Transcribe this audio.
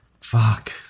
Fuck